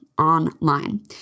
Online